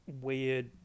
weird